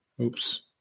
oops